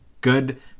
good